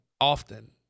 often